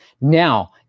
Now